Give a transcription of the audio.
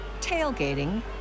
tailgating